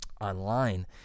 online